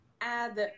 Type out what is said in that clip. add